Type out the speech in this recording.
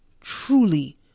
truly